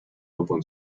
open